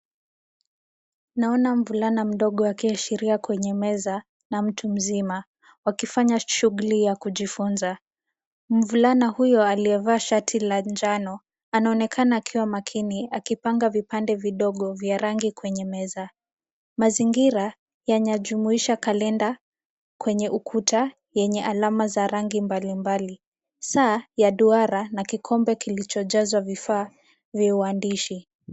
Naona mvulana mdogo akiashiria kwenye meza na mtu mzima, wakifanya shughuli ya kujifunza. Mvulana huyo aliyevaa shati la njano, anaonekana akiwa makini akipanga vipande vidogo vya rangi kwenye meza. Mazingira yanajumuisha kalenda kwenye ukuta yenye alama za rangi mbali mbali. Saa ya duara na kikombe kilichojazwa vifaaa vya uandishi.